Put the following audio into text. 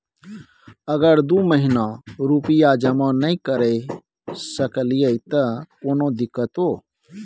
अगर दू महीना रुपिया जमा नय करे सकलियै त कोनो दिक्कतों?